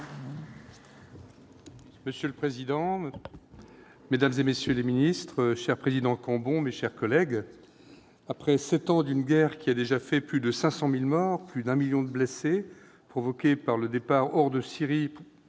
Monsieur le président, monsieur le ministre, cher président Cambon, mes chers collègues, après sept ans d'une guerre qui a déjà fait plus de 500 000 morts, plus de 1 million de blessés, provoqué le départ hors de Syrie